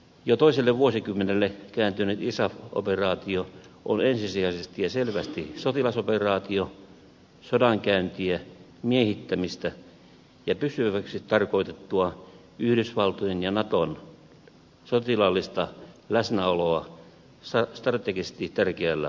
jo toiselle vuosikymmenelle kääntynyt isaf operaatio on ensisijaisesti ja selvästi sotilasoperaatio sodankäyntiä miehittämistä ja pysyväksi tarkoitettua yhdysvaltojen ja naton sotilaallista läsnäoloa strategisesti tärkeällä alueella